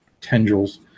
tendrils